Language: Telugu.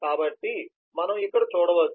కాబట్టి మనం ఇక్కడ చూడవచ్చు